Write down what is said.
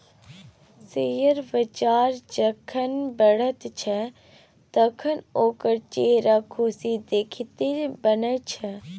share बजार जखन बढ़ैत छै तखन ओकर चेहराक खुशी देखिते बनैत छै